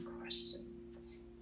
questions